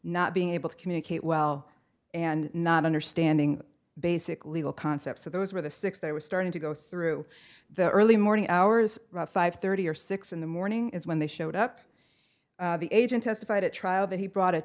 not being able to communicate well and not understanding basic legal concepts so those were the six they were starting to go through the early morning hours about five thirty or six in the morning is when they showed up the agent testified at trial that he brought a